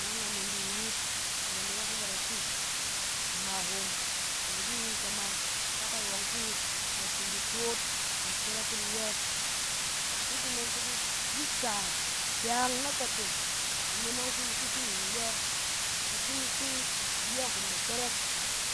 nɔng na ne di wuruk, na banet ɔng fɛ da kuus kama hom, ba ki run kama sak narɔ fi na tsin di to yit, in di tɛrɛk it iyɛ. Ki kunom fi ku di tsɛ- yit kyang na katsong, kunom ɔng fi in di ki shining iyɛ. In shim ki, iyɛ hom da tɛrɛk